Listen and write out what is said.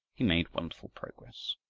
he made wonderful progress.